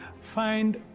find